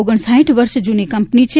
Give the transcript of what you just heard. ઓગણસાઇઠ વર્ષ જૂની કંપની છે